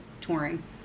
touring